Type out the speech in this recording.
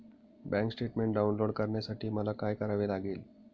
Bank statement download करण्यासाठी मला काय करावे लागेल?